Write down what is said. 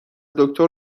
دکتر